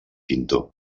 pintor